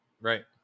right